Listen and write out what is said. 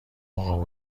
اقا